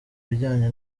bijyanye